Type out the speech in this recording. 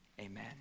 amen